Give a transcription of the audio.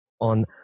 on